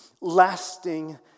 lasting